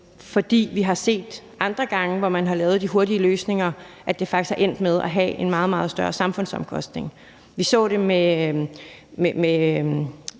For vi har set andre gange, hvor man har lavet de hurtige løsninger, at det faktisk er endt med at have en meget, meget større samfundsomkostning. Vi så med